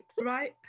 Right